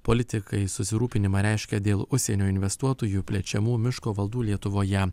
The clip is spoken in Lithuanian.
politikai susirūpinimą reiškia dėl užsienio investuotojų plečiamų miško valdų lietuvoje